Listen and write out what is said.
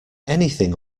anything